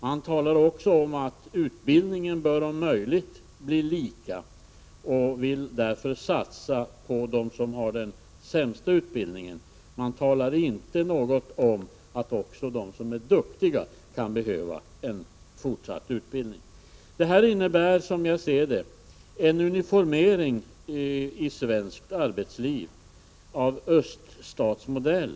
Han talar också om att utbildningen om möjligt bör bli lika och att man därför vill satsa på dem som har den sämsta utbildningen. Men man talar inte något om att också de som är duktiga kan behöva en fortsatt utbildning. Det här innebär, som jag ser det, en uniformering i svenskt arbetsliv av öststatsmodell.